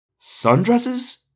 Sundresses